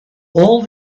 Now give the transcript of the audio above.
all